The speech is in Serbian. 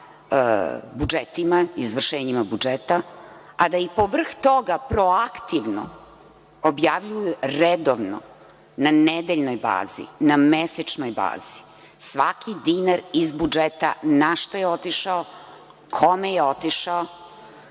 budžetima, izvršenjima budžeta, a da ih povrh toga proaktivno objavljuju redovno na nedeljnoj bazi, na mesečnoj bazi, svaki dinar iz budžeta na šta je otišao, kome je otišao,